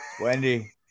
Wendy